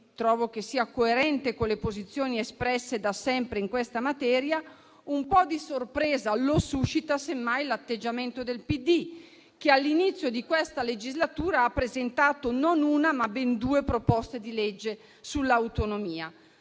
quindi che sia coerente con le posizioni espresse da sempre in questa materia. Un po' di sorpresa suscita semmai l'atteggiamento del PD, che all'inizio di questa legislatura ha presentato, non una, ma ben due proposte di legge sull'autonomia.